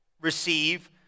receive